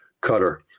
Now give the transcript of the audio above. cutter